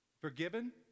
Forgiven